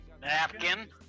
napkin